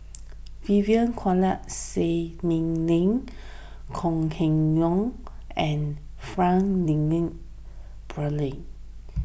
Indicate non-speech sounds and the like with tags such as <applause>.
Vivien Quahe Seah Lin Lin Kong Keng Yong and Frank <unintelligible>